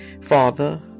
Father